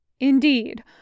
Indeed